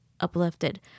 Uplifted